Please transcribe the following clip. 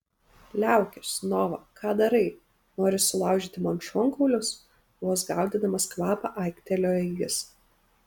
liaukis nova ką darai nori sulaužyti man šonkaulius vos gaudydamas kvapą aiktelėjo jis